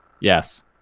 Yes